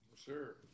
Sure